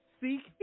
seek